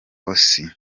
osee